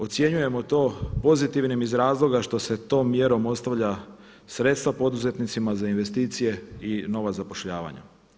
Ocjenjujemo to pozitivnim iz razloga što se tom mjerom ostavljaju sredstva poduzetnicima za investicije i nova zapošljavanja.